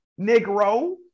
Negro